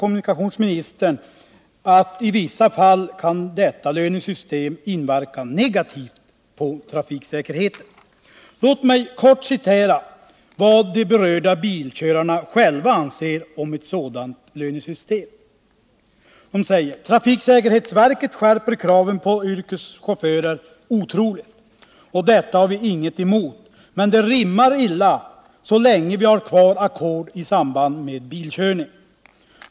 Kommunikationsministern tillstår i varje fall att ackordslönesystem i vissa fall kan inverka negativt på trafiksäkerheten. Låt mig kort citera vad de berörda bilförarna själva anser om ett sådant lönesystem. De säger: ”-Trafiksäkerhetsverket skärper kraven på yrkeschaufförer otroligt ——=. Det har vi inget emot men det rimmar illa så länge vi har kvar ackord i samband med bilkörning.